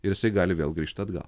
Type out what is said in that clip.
ir jisai gali vėl grįžt atgal